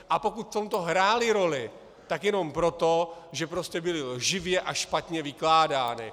A pokud v tomto hrály roli, tak jenom proto, že prostě byly lživě a špatně vykládány.